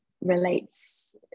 relates